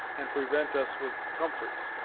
and prevent us with comforts,